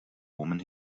woman